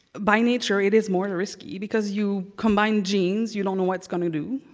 by nature, it is more and risky because you combine genes. you don't know what it's going to do.